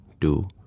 two